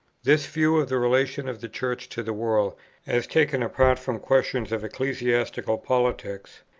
this view of the relation of the church to the world as taken apart from questions of ecclesiastical politics,